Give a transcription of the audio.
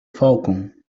falcon